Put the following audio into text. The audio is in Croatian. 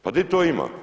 Pa di to ima?